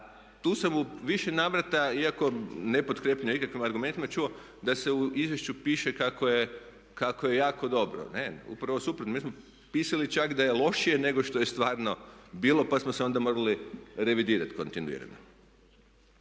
tu sam u više navrata, iako nepotkrijepljeno ikakvim argumentima čuo da se u izvješću piše kako je jako dobro. Ne, upravo suprotno. Mi smo pisali čak da je lošije nego što je stvarno bilo pa smo se onda morali revidirati kontinuirano.